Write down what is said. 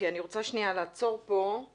אני רוצה לעצור כאן לרגע.